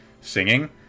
singing